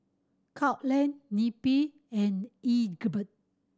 Courtland Neppie and Egbert